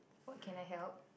what can I help